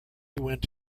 went